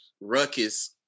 Ruckus